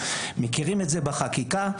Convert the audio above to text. מכירים את זה בחקיקה,